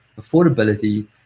affordability